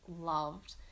loved